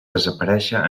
desaparèixer